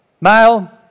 Male